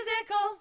Physical